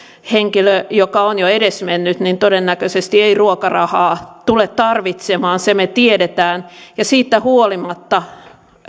henkilö joka on jo edesmennyt todennäköisesti ei ruokarahaa tule tarvitsemaan sen me tiedämme ja siitä huolimatta